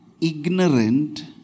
ignorant